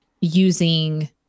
using